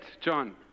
John